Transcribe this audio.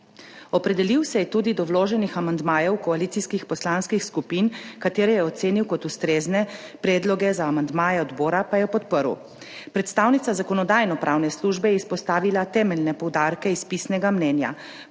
Opredelil se je tudi do vloženih amandmajev koalicijskih poslanskih skupin, ki jih je ocenil kot ustrezne, predloge za amandmaje odbora pa je podprl. Predstavnica Zakonodajno-pravne službe je izpostavila temeljne poudarke iz pisnega mnenja.